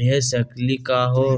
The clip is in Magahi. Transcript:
भेज सकली का हो?